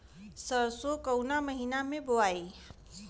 सरसो काउना महीना मे बोआई?